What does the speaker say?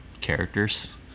Characters